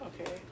okay